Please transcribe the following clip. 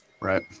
Right